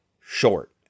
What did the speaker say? short